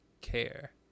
care